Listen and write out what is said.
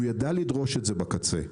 הוא ידע לדרוש את זה בקצה,